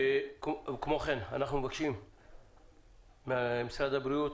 כמו כן הוועדה מבקשת ממשרד הבריאות